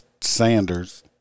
Sanders